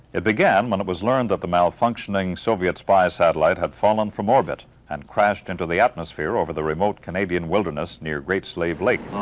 it began when it was learned that the malfunctioning soviet spy satellite had fallen from orbit and crashed into the atmosphere over the remote canadian wilderness near great slave lake.